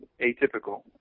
atypical